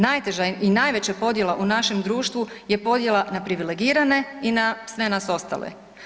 Najteža i najveća podjela u našem društvu je podjela na privilegirane i na sve nas ostale.